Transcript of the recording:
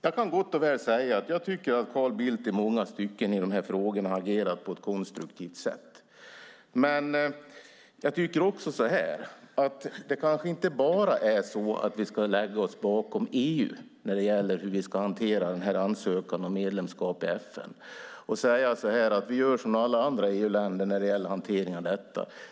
Jag kan gott och väl säga att jag tycker att Carl Bildt i många stycken har agerat på ett konstruktivt sätt i de här frågorna. Men jag tycker också att vi kanske inte bara ska lägga oss bakom EU när det gäller hur vi ska hantera den här ansökan om medlemskap i FN. Vi kanske inte ska säga att vi gör som alla andra EU-länder när det gäller hanteringen av detta.